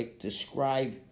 describe